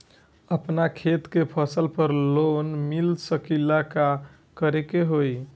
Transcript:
अपना खेत के फसल पर लोन मिल सकीएला का करे के होई?